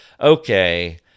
Okay